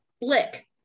lick